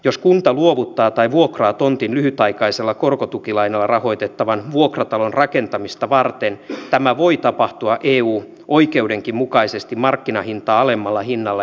jos kunta luovuttaa tai vuokraa tontin lyhytaikaisella korkotukilainalla rahoitettavan vuokratalon rakentamista varten tämä voi tapahtua eu oikeudenkin mukaisesti markkinahintaa alemmalla hinnalla